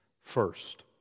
First